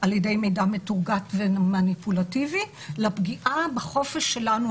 על-ידי מידע מטורגט ומניפולטיבי לפגיעה בחופש שלנו,